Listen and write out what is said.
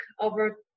over